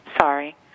sorry